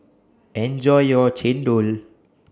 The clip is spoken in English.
Enjoy your Chendol